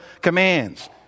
commands